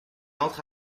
entre